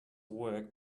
work